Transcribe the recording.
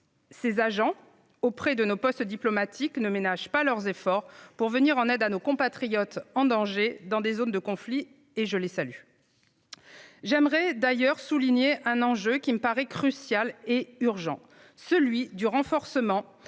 efforts, auprès de nos postes diplomatiques, pour venir en aide à nos compatriotes en danger dans les zones de conflit. Je les salue ! J'aimerais d'ailleurs soulever un enjeu qui me paraît crucial et urgent : celui du renforcement